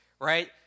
right